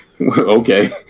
Okay